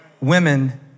women